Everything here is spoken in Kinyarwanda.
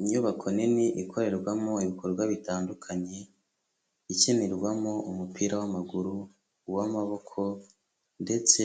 Inyubako nini ikorerwamo ibikorwa bitandukanye, ikinirwamo umupira w'amaguru, uw'amaboko ndetse